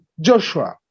Joshua